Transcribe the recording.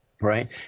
right